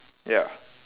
ya